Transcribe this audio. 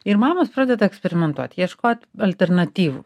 ir mamos pradeda eksperimentuot ieškot alternatyvų